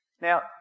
Now